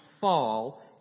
fall